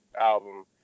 album